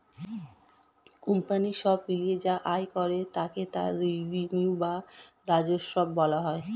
company সব মিলিয়ে যা আয় করে তাকে তার রেভিনিউ বা রাজস্ব বলা হয়